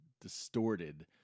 distorted